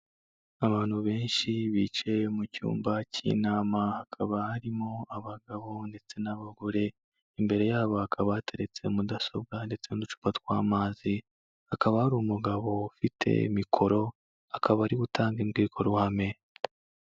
Abantu benshi bicaye mu cyumba cy'inama, hakaba harimo abagabo ndetse n'abagore, imbere yabo hakaba bateretse mudasobwa ndetse n'uducupa tw'amazi, hakaba hari umugabo ufite mikoro, akaba ari gutangage imbwirwaruhame.